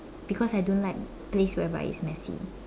because I don't like place whereby it's messy